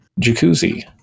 jacuzzi